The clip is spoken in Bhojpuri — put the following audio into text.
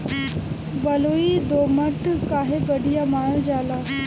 बलुई दोमट काहे बढ़िया मानल जाला?